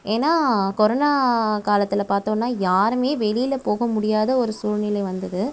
ஏன்னா கொரோனா காலத்தில் பார்த்தோனா யாருமே வெளியில் போக முடியாத ஒரு சூழ்நிலை வந்தது